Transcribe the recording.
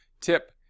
Tip